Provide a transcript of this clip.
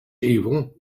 evil